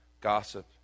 Gossip